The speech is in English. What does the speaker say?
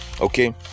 okay